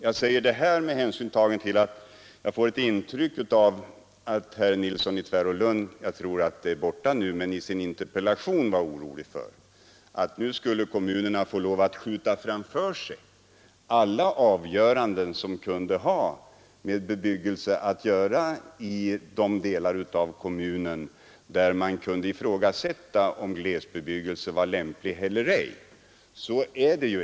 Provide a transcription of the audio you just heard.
Jag säger det här med hänsyn till att jag av interpellationen fick intrycket att herr Nilsson i Tvärålund var orolig för att kommunerna skulle få lov att skjuta framför sig alla avgöranden om bebyggelse i de delar av kommunen där man kunde ifrågasätta huruvida glesbebyggelse var lämplig eller ej. Så är det inte.